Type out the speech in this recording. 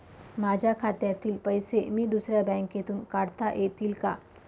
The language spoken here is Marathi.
माझ्या खात्यातील पैसे मी दुसऱ्या बँकेतून काढता येतील का?